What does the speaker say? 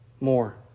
more